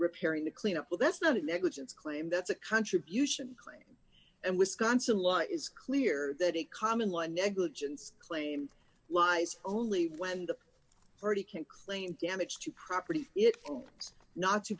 repairing the cleanup well that's not negligence claim that's a contribution claim and wisconsin law is clear that a common law negligence claim lies only when the party can claim damage to property